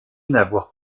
n’avoir